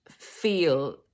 feel